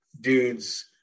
dudes